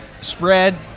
spread